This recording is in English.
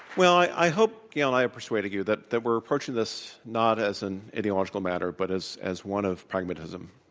well, i hope, gail and i persuaded you that that we're approaching this not as an ideological matter but as as one of pragmatism.